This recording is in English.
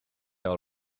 all